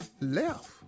Left